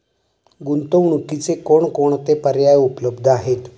गुंतवणुकीचे कोणकोणते पर्याय उपलब्ध आहेत?